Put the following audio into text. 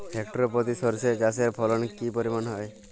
Hectare প্রতি সর্ষে চাষের ফলন কি পরিমাণ হয়?